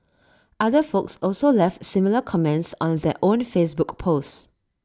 other folks also left similar comments on their own Facebook post